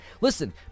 listen